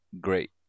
great